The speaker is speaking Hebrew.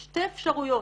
שתי אפשרויות,